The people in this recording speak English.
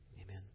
Amen